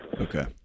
Okay